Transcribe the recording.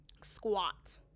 squat